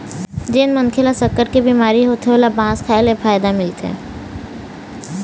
जेन मनखे ल सक्कर के बिमारी होथे ओला बांस खाए ले फायदा मिलथे